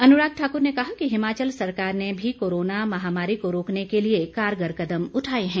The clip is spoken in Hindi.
अनुराग ठाक्र ने कहा कि हिमाचल सरकार ने भी कोरोना महामारी को रोकने के लिए कारगर कदम उठाए हैं